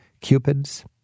cupids